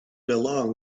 along